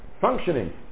functioning